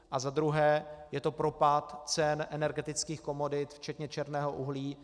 A za druhé je to propad cen energetických komodit včetně černého uhlí.